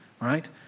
right